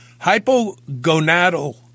hypogonadal